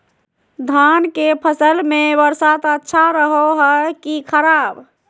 धान के फसल में बरसात अच्छा रहो है कि खराब?